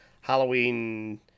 Halloween